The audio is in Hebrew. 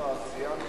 ציינת